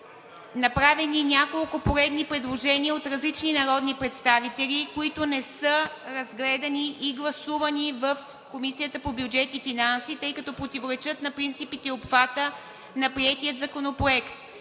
направени няколко поредни предложения от различни народни представители, които не са разгледани и гласувани в Комисията по бюджет и финанси, тъй като противоречат на принципите и обхвата на приетия Законопроект.